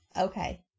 okay